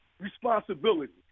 responsibility